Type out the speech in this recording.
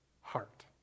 heart